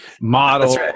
model